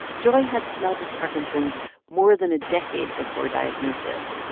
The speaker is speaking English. joy had smelled as parkinson's more than a decade before diagnosis,